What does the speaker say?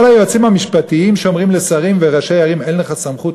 או על היועצים המשפטיים שאומרים לשרים וראשי ערים: אין לך סמכות,